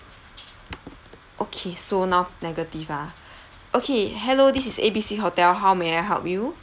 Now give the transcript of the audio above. okay so now negative ah okay hello this is A B C hotel how may I help you